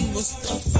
Mustafa